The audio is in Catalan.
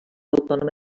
autònoma